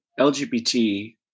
LGBT